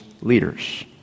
leaders